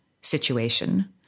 situation